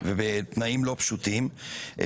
ובתנאים לא פשוטים.